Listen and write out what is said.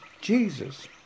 Jesus